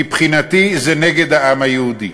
מבחינתי זה נגד העם היהודי.